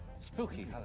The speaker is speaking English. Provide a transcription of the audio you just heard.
Spooky